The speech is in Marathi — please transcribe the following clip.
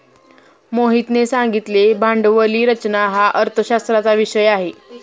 मोहितने सांगितले भांडवली रचना हा अर्थशास्त्राचा विषय आहे